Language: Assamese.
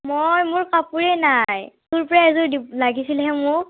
মই মোৰ কাপোৰে নাই তোৰ পৰা এযোৰ দি লাগিছিলহে মোক